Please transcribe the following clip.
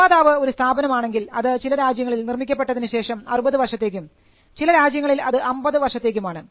നിർമാതാവ് ഒരു സ്ഥാപനം ആണെങ്കിൽ അത് ചില രാജ്യങ്ങളിൽ നിർമ്മിക്കപ്പെട്ടതിനു ശേഷം 60 വർഷത്തേക്കും ചില രാജ്യങ്ങളിൽ അത് 50 വർഷത്തേക്കുമാണ്